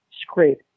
scrape